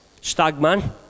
Stagman